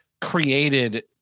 created